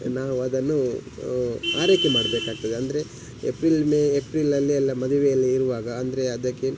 ನಾವು ಅದನ್ನು ಆರೈಕೆ ಮಾಡಬೇಕಾಗ್ತದೆ ಅಂದರೆ ಎಪ್ರಿಲ್ ಮೇ ಎಪ್ರಿಲಲ್ಲಿ ಎಲ್ಲ ಮದುವೆ ಎಲ್ಲ ಇರುವಾಗ ಅಂದರೆ ಅದಕ್ಕೆ